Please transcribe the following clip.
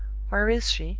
where is she?